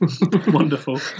Wonderful